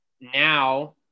now